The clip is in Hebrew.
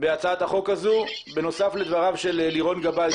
בהצעת החוק הזאת, בנוסף לדבריו של לירון גבאי?